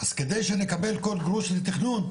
אז כדי שנקבל כל גרוש לתכנון,